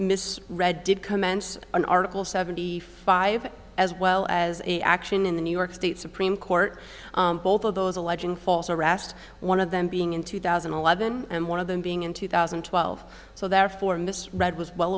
miss read did commence an article seventy five as well as a action in the new york state supreme court both of those alleging false arrest one of them being in two thousand and eleven and one of them being in two thousand and twelve so therefore mr rudd was well